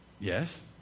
Yes